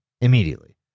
immediately